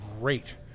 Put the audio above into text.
great